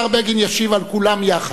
השר בגין ישיב על כולן יחד.